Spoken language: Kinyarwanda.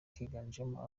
kiganjemo